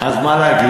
אז מה להגיד?